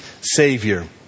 Savior